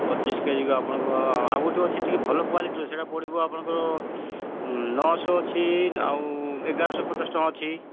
ପଚିଶ କେଜିକୁ ଆପଣଙ୍କ ଆଉ ଗୋଟେ ଅଛି ଟିକେ ଭଲ କ୍ୱାଲିଟିର ସେଇଟା ପଡ଼ିବ ଆପଣଙ୍କର ନଅଶହ ଅଛି ଆଉ ଏଗାରଶହ ପଚାଶ ଟଙ୍କା ଅଛି